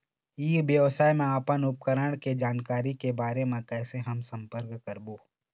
ई व्यवसाय मा अपन उपकरण के जानकारी के बारे मा कैसे हम संपर्क करवो?